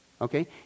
Okay